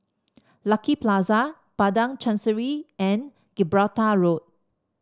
Lucky Plaza Padang Chancery and Gibraltar Road